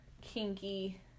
kinky